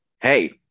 Hey